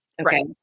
Okay